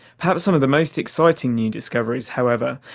perhaps some of the most exciting new discoveries, however,